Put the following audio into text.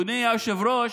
אדוני היושב-ראש,